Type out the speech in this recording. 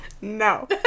No